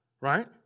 right